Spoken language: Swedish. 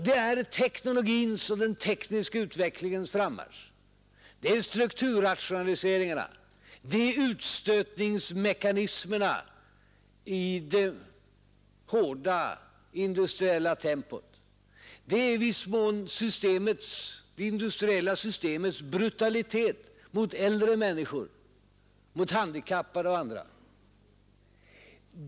Det är teknologins och den tekniska utvecklingens frammarsch, det är strukturrationaliseringarna, det är utstötningsmekanismerna i det hårda industriella tempot, det är i viss mån det industriella systemets brutalitet mot äldre människor, handikappade och andra.